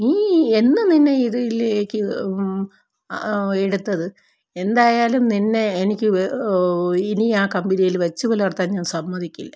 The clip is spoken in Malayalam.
നീ എന്നു നിന്നെ ഇതിലേക്ക് എടുത്തത് എന്തായാലും നിന്നെ എനിക്ക് ഇനി ആ കമ്പനിയിൽ വെച്ചു പുലർത്താൻ ഞാൻ സമ്മതിക്കില്ല